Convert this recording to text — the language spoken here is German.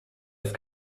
ist